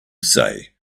say